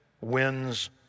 wins